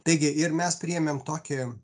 taigi ir mes priėmėm tokį